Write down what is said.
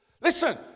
Listen